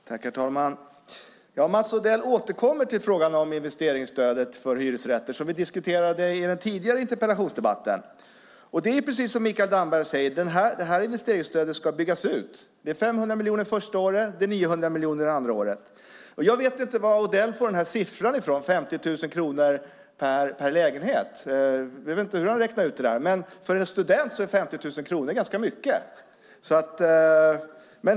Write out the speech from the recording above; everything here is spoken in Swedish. Herr talman! Mats Odell återkommer till frågan om investeringsstödet för hyresrätter, som vi diskuterade i den tidigare interpellationsdebatten. Det är precis som Mikael Damberg säger, nämligen att investeringsstödet ska byggas ut. Det är fråga om 500 miljoner första året och 900 miljoner andra året. Jag vet inte vad Odell får siffran 50 000 kronor per lägenhet från. Jag vet inte hur han har räknat ut den. För en student är 50 000 kronor mycket.